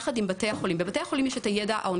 שם יש את הידע של ה-